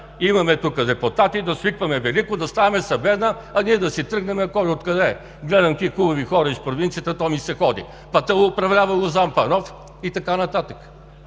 имаме тук депутати, да свикваме Велико, да ставаме съдебна, а ние да си тръгнем кой откъде е, гледам какви хубави хора из провинцията, то ми се ходи, пък то управлявало Лозан Панов и така нататък.